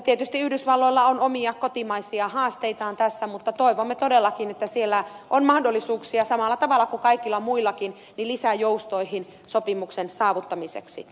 tietysti yhdysvalloilla on omia kotimaisia haasteitaan tässä mutta toivomme todellakin että siellä on mahdollisuuksia samalla tavalla kuin kaikilla muillakin lisäjoustoihin sopimuksen saavuttamiseksi